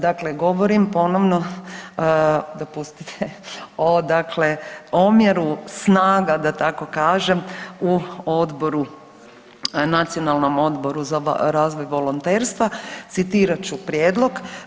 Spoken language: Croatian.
Dakle, govorim ponovno, dopustite, o dakle omjeru snaga da tako kažem u odboru, Nacionalnom odboru za razvoj volonterstva citirat ću prijedlog.